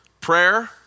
prayer